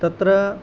तत्र